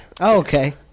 okay